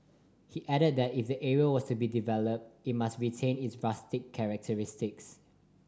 he added that if the area was to be developed it must retain its rustic characteristics